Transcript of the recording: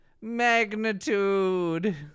magnitude